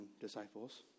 disciples